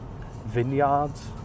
vineyards